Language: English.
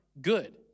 good